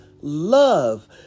love